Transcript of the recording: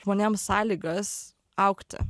žmonėms sąlygas augti